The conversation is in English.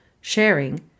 Sharing